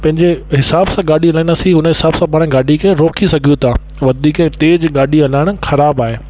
पंहिंजे हिसाब सां गाॾी हलाईंदासीं उन हिसाब सां पाण गाॾी खे रोके सघूं था वधीक तेज़ु गाॾी हलाइणु ख़राबु आहे